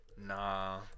Nah